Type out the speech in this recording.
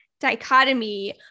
dichotomy